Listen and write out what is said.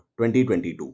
2022